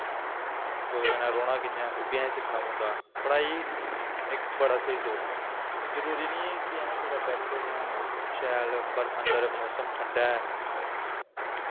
कुसै कन्नै रौह्ना कि'यां ऐ ओह् बी असें सिक्खना पौंदा पढ़ाई इक बड़ा स्हेई सोर्स ऐ एह् जरूरी निं कि अस कुदै बैठे दे आं शैल बर अन्दर मौसम ठंडा ऐ